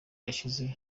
yashize